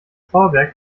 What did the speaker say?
bauwerk